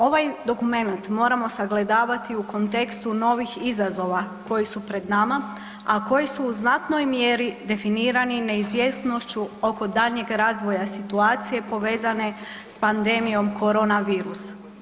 Ovaj dokumenat moramo sagledavati u kontekstu novih izazova koji su pred nama, a koji su u znatnoj mjeri definirani neizvjesnošću oko daljnjeg razvoja situacije povezane sa pandemijom korona virus.